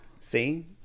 See